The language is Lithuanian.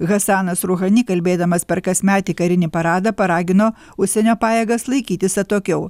hasanas ruchani kalbėdamas per kasmetį karinį paradą paragino užsienio pajėgas laikytis atokiau